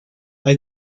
hay